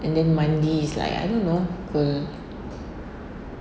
and then mandi is like I don't know pukul